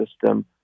system